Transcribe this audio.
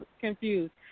confused